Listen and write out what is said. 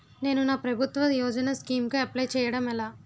నేను నా ప్రభుత్వ యోజన స్కీం కు అప్లై చేయడం ఎలా?